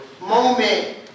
moment